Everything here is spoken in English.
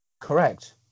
Correct